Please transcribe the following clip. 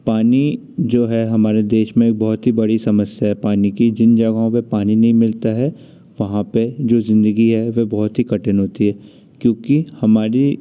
पानी जो है हमारे देश में बहुत ही बड़ी समस्या है पानी की जिन जगहों पे पानी नहीं मिलता है वहाँ पे जो जिंदगी है वे बहुत ही कठिन होती है क्योंकि हमारे